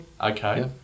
Okay